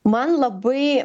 man labai